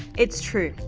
it's true.